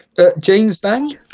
that james bender,